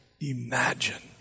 imagine